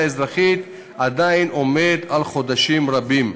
אזרחית עדיין עומד על חודשים רבים.